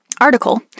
article